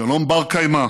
שלום בר-קיימא,